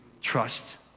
trust